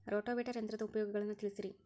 rotavator ಯಂತ್ರದ ಉಪಯೋಗಗಳನ್ನ ತಿಳಿಸಿರಿ